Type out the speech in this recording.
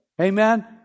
Amen